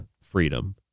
freedom